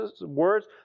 words